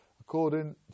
According